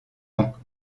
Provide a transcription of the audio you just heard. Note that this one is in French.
ans